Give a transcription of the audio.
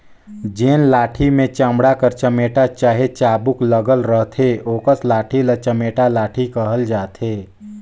जेन लाठी मे चमड़ा कर चमेटा चहे चाबूक लगल रहथे ओकस लाठी ल चमेटा लाठी कहल जाथे